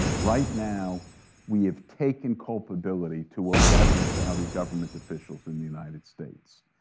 right now we have taken culpability to eleven saudi government officials in the united states.